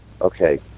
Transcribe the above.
okay